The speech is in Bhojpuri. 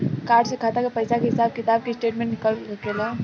कार्ड से खाता के पइसा के हिसाब किताब के स्टेटमेंट निकल सकेलऽ?